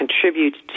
contribute